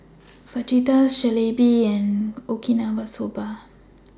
Fajitas Jalebi and Okinawa Soba